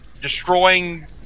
destroying